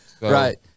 Right